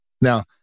Now